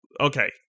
Okay